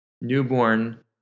newborn